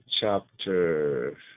chapter